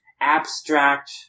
abstract